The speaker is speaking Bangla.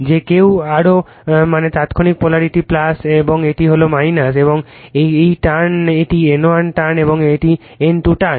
যে কেউ অ্যারো মানে তাত্ক্ষণিক পোলারিটি এবং এটি হল এবং এই টার্ণ এটি N1 টার্ণ একটি N2 টার্ণ